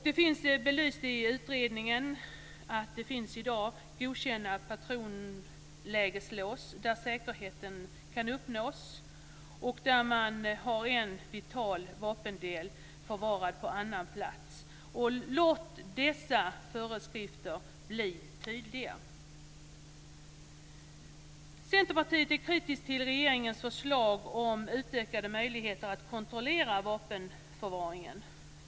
Det finns belyst i utredningen att det i dag finns godkända patronlägeslås där säkerheten kan uppnås med en vital vapendel förvarad på annan plats. Låt dessa föreskrifter bli tydliga! Centerpartiet är kritiskt till regeringens förslag om utökade möjligheter att kontrollera vapenförvaringen.